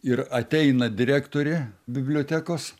ir ateina direktorė bibliotekos